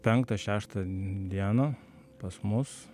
penktą šeštą dieną pas mus